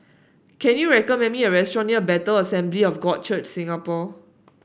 can you recommend me a restaurant near Bethel Assembly of God Church Singapore